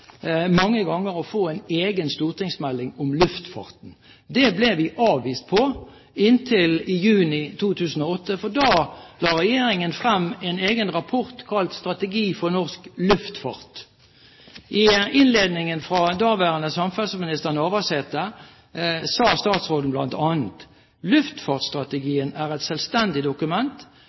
mange ganger å få en egen stortingsmelding om luftfarten. Det ble vi avvist på, inntil juni 2008, for da la regjeringen frem en egen rapport kalt «Strategi for norsk luftfart». I innledningen sa daværende samferdselsminister Navarsete bl.a.: «Luftfartsstrategien er eit sjølvstendig dokument